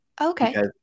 Okay